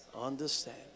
Understand